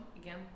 again